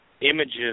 images